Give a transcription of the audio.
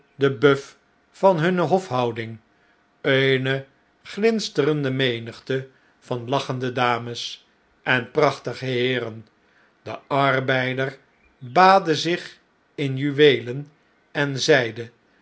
schitterende oeildeboeufvan hunne hof houding eene glinsterende menigte van lachende dames en prachtige heeren de arbeider baadde zich in juweelen en zijde